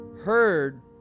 heard